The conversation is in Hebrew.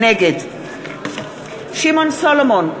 נגד שמעון סולומון,